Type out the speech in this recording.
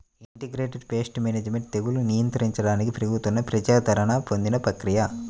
integrated pest management తెగుళ్లను నియంత్రించడానికి పెరుగుతున్న ప్రజాదరణ పొందిన ప్రక్రియ